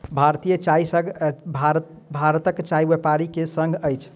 भारतीय चाय संघ भारतक चाय व्यापारी के संग अछि